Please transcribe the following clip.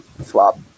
Swap